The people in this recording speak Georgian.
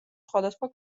სხვადასხვა